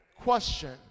Question